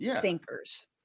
thinkers